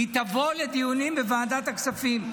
היא תבוא לדיונים בוועדת הכספים.